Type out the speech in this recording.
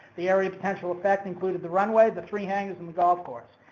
the area of potential effect included the runway, the three hangars, and the golf course.